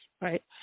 right